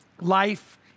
life